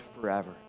forever